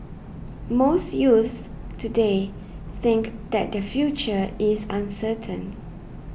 most youths today think that their future is uncertain